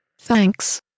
Thanks